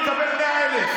תקווה חדשה,